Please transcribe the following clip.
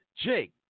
Jake